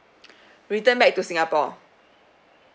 return back to singapore